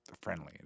friendly